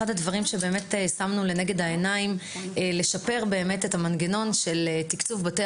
אחד הדברים ששמנו לנגד העיניים זה לשפר את המנגנון של תקצוב בתי